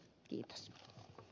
kiitos l